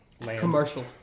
commercial